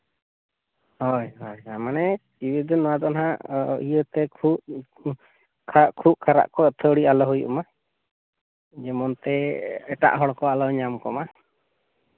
ᱦᱳᱭ ᱦᱳᱭ ᱢᱟᱱᱮ ᱴᱤᱵᱤ ᱫᱚ ᱱᱚᱣᱟ ᱫᱚ ᱦᱟᱸᱜ ᱤᱭᱟᱹᱛᱮ ᱠᱷᱩᱜ ᱠᱷᱟᱜ ᱠᱷᱩᱜ ᱠᱷᱟᱨᱟᱜ ᱠᱚ ᱟᱹᱛᱷᱟᱹᱲᱤ ᱟᱞᱚ ᱦᱩᱭᱩᱜ ᱢᱟ ᱡᱮᱢᱚᱱ ᱛᱮ ᱮᱴᱟᱜ ᱦᱚᱲᱠᱚ ᱟᱞᱚ ᱧᱟᱢ ᱠᱚᱢᱟ